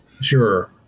sure